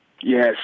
Yes